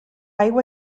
aigua